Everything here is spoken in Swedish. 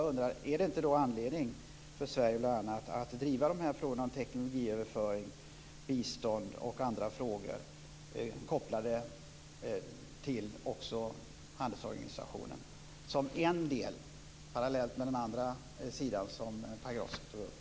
Finns det inte då anledning för Sverige att driva de här frågorna om teknologiöverföring, bistånd och andra frågor kopplat också till handelsorganisationen, som en del, parallellt med den andra sidan, som Pagrotsky tog upp?